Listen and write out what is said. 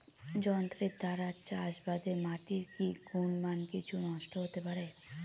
যন্ত্রের দ্বারা চাষাবাদে মাটির কি গুণমান কিছু নষ্ট হতে পারে?